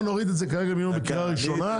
נוריד למיליון בקריאה ראשונה.